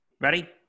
Ready